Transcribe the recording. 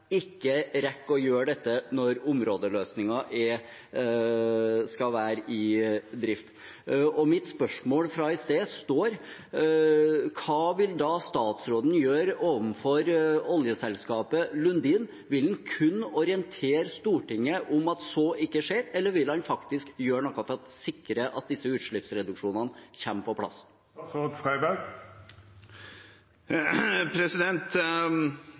ikke rekker å gjøre dette når områdeløsningen skal være i drift. Mitt spørsmål fra i sted er: Hva vil statsråden da gjøre overfor oljeselskapet Lundin? Vil han kun orientere Stortinget om at så ikke skjer, eller vil han faktisk gjøre noe for å sikre at disse utslippsreduksjonene kommer på